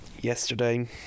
yesterday